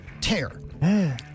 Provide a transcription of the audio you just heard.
tear